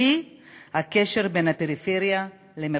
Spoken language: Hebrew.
והיא הקשר בין הפריפריה למרכז.